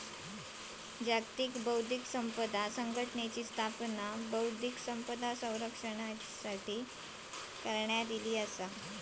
जागतिक बौध्दिक संपदा संघटनेची स्थापना बौध्दिक संपदा संरक्षणासाठी करण्यात इली